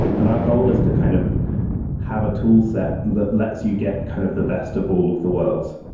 and our goal is to kind of have a toolset that lets you get kind of the best of all of the worlds.